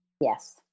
yes